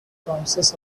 promises